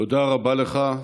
תודה רבה לך.